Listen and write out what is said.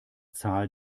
zahl